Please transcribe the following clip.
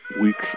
weeks